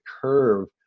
curve